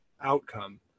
outcome